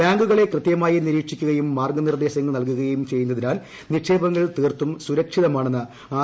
ബാങ്കുകളെ കൃത്യമായി നിരീക്ഷിക്കുകയും മാർഗ്ഗ നിർദ്ദേശങ്ങൾ നൽകുകയും ചെയ്യുന്നതിനാൽ നിക്ഷേപങ്ങൾ തീർത്തും സുരക്ഷിതമാണെന്ന് ആർ